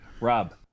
rob